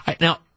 Now